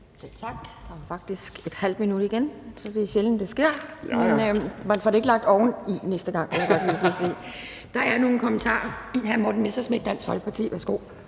tak. Der er jo faktisk ½ minut igen. Det er sjældent, det sker, men man får det ikke lagt oven i næste gang, vil jeg godt lige sige. Der er nogle kommentarer. Hr. Morten Messerschmidt, Dansk Folkeparti, værsgo.